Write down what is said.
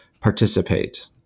participate